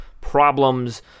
problems